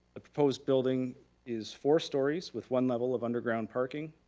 the proposed building is four stories with one level of underground parking.